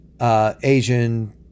Asian